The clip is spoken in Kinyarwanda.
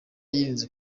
yirinze